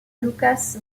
lukas